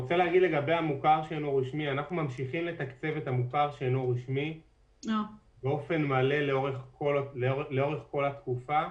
אנחנו ממשיכים לתקצב את המוכש"ר באופן מלא לאורך כל התקופה.